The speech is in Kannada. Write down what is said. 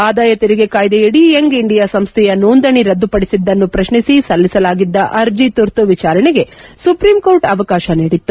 ಆದಾಯ ತೆರಿಗೆ ಕಾಯ್ದೆಯಡಿ ಯಂಗ್ ಇಂಡಿಯಾ ಸಂಸ್ವೆಯ ನೋಂದಣಿ ರದ್ದುಪಡಿಸಿದ್ದನ್ನು ಪ್ರಶ್ನಿಸಿ ಸಲ್ಲಿಸಲಾಗಿದ್ದ ಅರ್ಜೆ ತುರ್ತು ವಿಚಾರಣೆಗೆ ಸುಪ್ರೀಂ ಕೋರ್ಟ್ ಅವಕಾಶ ನೀಡಿತ್ತು